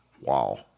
Wow